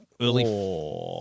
Early